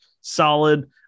solid